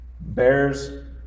bears